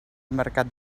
mercat